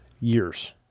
years